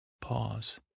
Pause